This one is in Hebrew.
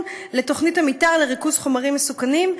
לתוכנית המתאר לריכוז חומרים מסוכנים,